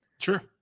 sure